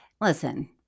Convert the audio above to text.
Listen